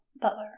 butler